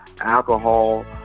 alcohol